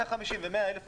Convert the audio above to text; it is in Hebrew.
150,000 ו-100,000 עובדים,